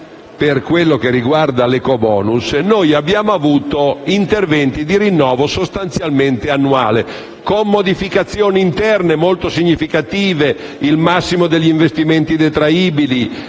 per quanto riguarda l'ecobonus, noi abbiamo avuto interventi di rinnovo sostanzialmente annuale, con modificazioni interne molto significative: il massimo degli investimenti detraibili,